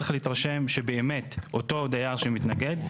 צריך להתרשם שבאמת אותו דייר שמתנגד,